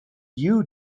you